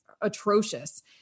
atrocious